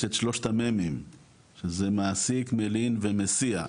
יש את שלושת הממים שזה מעסיק, מלין ומסיע,